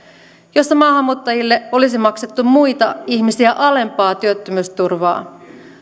jossa maahanmuuttajille olisi maksettu muita ihmisiä alempaa työttömyysturvaa